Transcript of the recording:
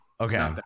Okay